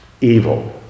evil